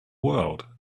world